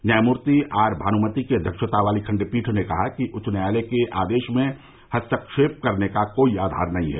न्यायमूर्ति आर भान्मती की अध्यक्षता वाली खंडपीठ ने कहा कि उच्च न्यायालय के आदेश में हस्तक्षेप करने का कोई आधार नहीं है